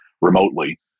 remotely